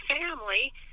family